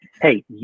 hey